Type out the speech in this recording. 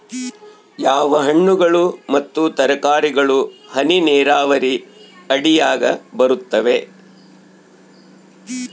ಯಾವ ಹಣ್ಣುಗಳು ಮತ್ತು ತರಕಾರಿಗಳು ಹನಿ ನೇರಾವರಿ ಅಡಿಯಾಗ ಬರುತ್ತವೆ?